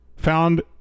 found